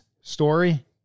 story